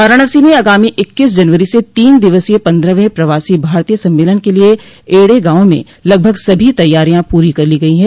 वाराणसी में आगामी इक्कीस जनवरी से तीन दिवसीय पन्द्रहवें प्रवासी भारतीय सम्मेलन के लिये ऐढ़े गांव में लगभग सभी तैयारियां पूरी कर ली गई है